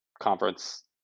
conference